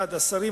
1. השרים,